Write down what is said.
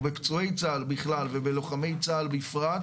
בפצועי צה"ל בכלל ובלוחמי צה"ל בפרט,